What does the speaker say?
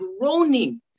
groaning